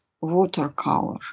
watercolor